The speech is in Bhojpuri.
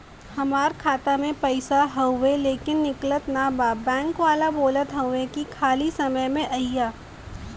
हमार खाता में पैसा हवुवे लेकिन निकलत ना बा बैंक वाला बोलत हऊवे की खाली समय में अईहा